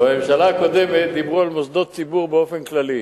בממשלה הקודמת דיברו על מוסדות ציבור באופן כללי,